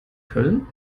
köln